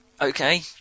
Okay